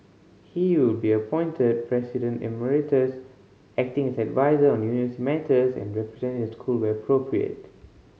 he will be appointed President Emeritus acting as adviser on university matters and representing the school where appropriate